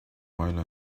while